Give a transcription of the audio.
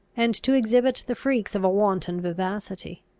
and to exhibit the freaks of a wanton vivacity.